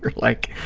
like